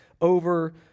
over